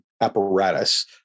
apparatus